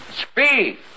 Speed